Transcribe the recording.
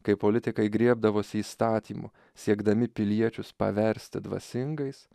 kai politikai griebdavosi įstatymų siekdami piliečius paversti dvasingais